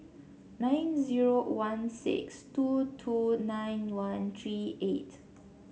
nine zero one six two two nine one three eight